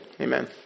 Amen